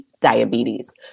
diabetes